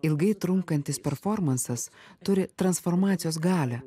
ilgai trunkantis performansas turi transformacijos galią